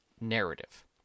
narrative